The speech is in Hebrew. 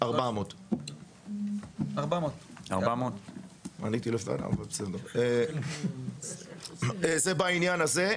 400. זה בעניין הזה.